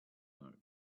note